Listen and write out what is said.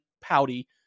pouty